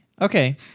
Okay